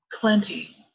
plenty